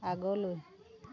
আগলৈ